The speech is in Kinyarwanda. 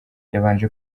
yabanje